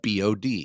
BOD